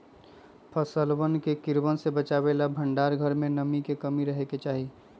फसलवन के कीड़वन से बचावे ला भंडार घर में नमी के कमी रहे के चहि